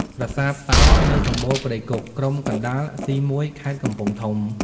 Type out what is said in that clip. ប្រាសាទតោនៅសម្បូរព្រៃគុក ក្រុមកណ្ដាល C1 ខេត្តកំពង់ធំ។